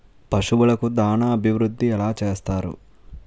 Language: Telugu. పశువులకు దాన అభివృద్ధి ఎలా చేస్తారు?